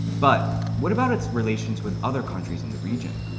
but what about its relations with other countries in the region?